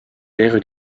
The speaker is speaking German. wäre